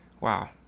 wow